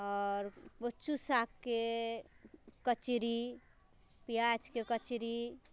आओर कुचु सागके कचरी पियाजके कचरी